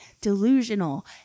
delusional